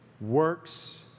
works